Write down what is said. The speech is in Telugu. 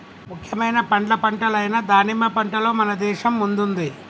ముఖ్యమైన పండ్ల పంటలు అయిన దానిమ్మ పంటలో మన దేశం ముందుంది